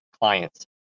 clients